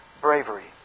bravery